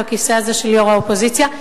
בכיסא הזה של יושב-ראש האופוזיציה.